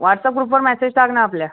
WhatsApp ग्रुपवर message टाक ना आपल्या